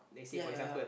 ya ya ya